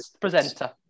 presenter